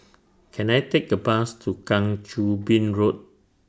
Can I Take A Bus to Kang Choo Bin Road